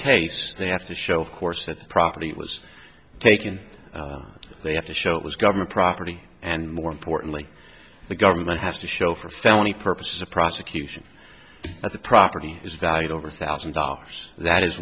case they have to show of course that property was taken they have to show it was government property and more importantly the government has to show for felony purposes a prosecution a property is valued over a thousand dollars that is